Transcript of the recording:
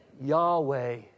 Yahweh